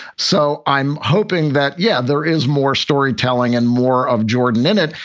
so i'm hoping that, yeah, there is more storytelling and more of jordan in it.